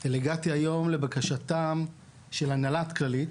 אלא הגעתי היום לבקשתם של הנהלת כללית,